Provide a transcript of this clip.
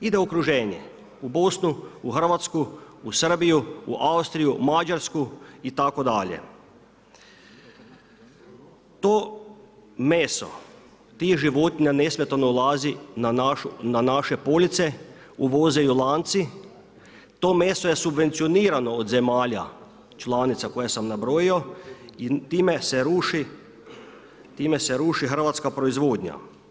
Ide u okruženju, u Bosnu u Hrvatsku, u Srbiju, u Austriju, Mađarsku itd. to meso tih životinja nesmetano ulazi na naše police, uvoze ju lanci, to meso je subvencionirano od zemalja članica koje sam nabrojio i time se ruši hrvatska proizvodnja.